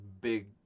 big